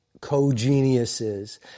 co-geniuses